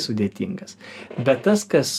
sudėtingas bet tas kas